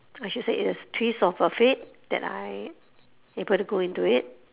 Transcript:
I should say it is twist of a fate that I able to go into it